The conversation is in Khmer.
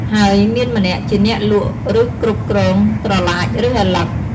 ហើយមានម្នាក់ជាអ្នកលក់ឬគ្រប់គ្រងត្រឡាចឬឪឡឹក។